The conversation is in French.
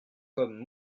comme